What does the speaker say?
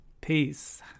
Peace